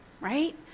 right